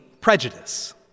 prejudice